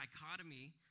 dichotomy